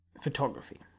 photography